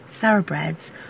thoroughbreds